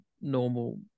normal